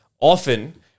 often